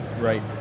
Right